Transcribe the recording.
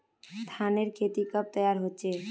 धानेर खेती कब तैयार होचे?